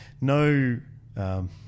no